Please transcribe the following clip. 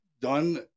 Done